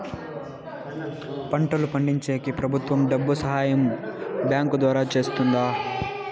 పంటలు పండించేకి ప్రభుత్వం డబ్బు సహాయం బ్యాంకు ద్వారా చేస్తుందా?